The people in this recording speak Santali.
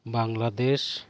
ᱵᱟᱝᱞᱟᱫᱮᱥ